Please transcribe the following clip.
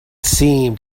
seemed